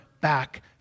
back